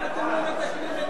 ההצעה להעביר את